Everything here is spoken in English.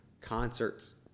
concerts